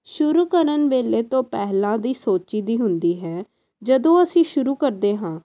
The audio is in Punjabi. ਸ਼ੁਰੂ ਕਰਨ ਵੇਲੇ ਤੋਂ ਪਹਿਲਾਂ ਦੀ ਸੋਚੀ ਦੀ ਹੁੰਦੀ ਹੈ ਜਦੋਂ ਅਸੀਂ ਸ਼ੁਰੂ ਕਰਦੇ ਹਾਂ